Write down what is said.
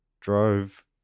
drove